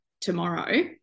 tomorrow